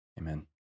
Amen